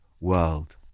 world